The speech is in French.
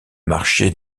marché